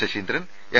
Saseendran M